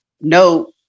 no